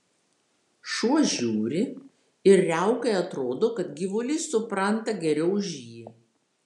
šuo žiūri ir riaukai atrodo kad gyvulys supranta geriau už jį